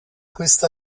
questo